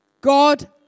God